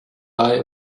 buy